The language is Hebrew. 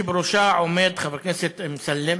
שבראשה עומד חבר הכנסת אמסלם,